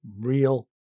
real